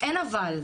אין אבל.